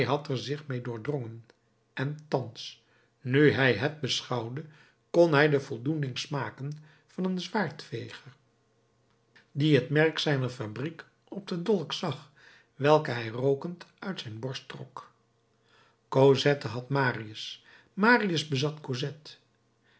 er zich mee doordrongen en thans nu hij het beschouwde kon hij de voldoening smaken van een zwaardveger die het merk zijner fabriek op den dolk zag welken hij rookend uit zijn borst trok cosette had marius marius bezat